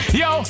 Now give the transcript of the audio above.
yo